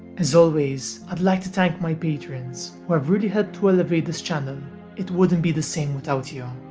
as always i'd like to thank my patreons, who have really helped to elevate this channel it wouldn't be the same without you,